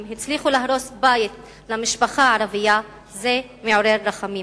הצליחו להרוס בית למשפחה ערבית זה מעורר רחמים.